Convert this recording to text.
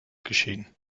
geschehen